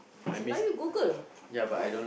so now you Google alright